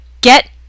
get